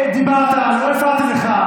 דיברת, אני לא הפרעתי לך.